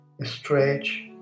stretch